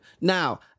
Now